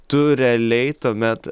tu realiai tuomet